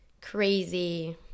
crazy